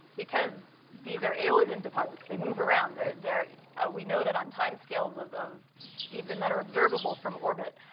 because these are eolian deposits. they move around. they're they're ah we know that on time scales of of even that are observable from orbit,